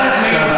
מי?